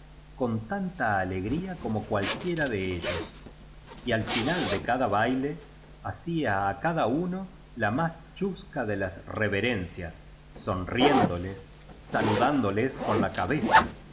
con tanta alegría como cualquiera de ellos y al final de cada baile hacía á cada uno la más chusca de las reverencias sonriéndoles sa ludándoles con la cabeza